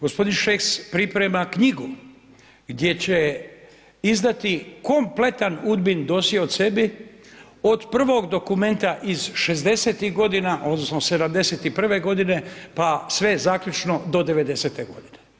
Gospodin Šeks priprema knjigu gdje će izdati kompletan UDBA-in dosje o sebi od prvog dokumenta iz šezdesetih godina, odnosno '71. godine pa sve zaključno do '90.-te godine.